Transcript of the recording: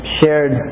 shared